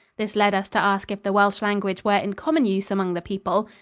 this led us to ask if the welsh language were in common use among the people.